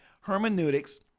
hermeneutics